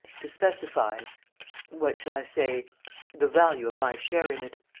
to specify what shall i say the value of my share in it.